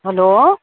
hello